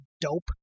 dope